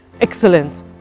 excellence